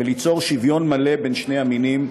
וליצור שוויון מלא בין שני המינים,